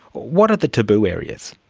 what are the taboo areas?